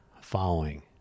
following